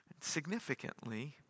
Significantly